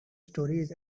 stories